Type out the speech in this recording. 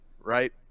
right